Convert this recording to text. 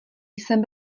jsem